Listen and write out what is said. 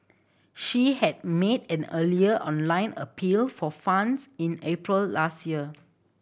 she had made an earlier online appeal for funds in April last year